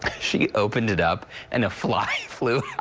she opened it up and a fly flew